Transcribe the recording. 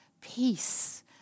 peace